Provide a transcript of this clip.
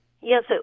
Yes